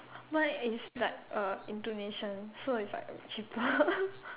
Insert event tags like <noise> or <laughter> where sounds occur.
mine is like a Indonesian so it's like cheaper <laughs>